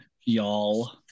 y'all